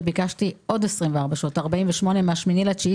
וביקשתי עוד 24 שעות מה-8 באוגוסט,